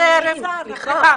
עיסאם קאדרי, בבקשה.